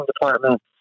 department